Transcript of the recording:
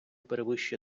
перевищує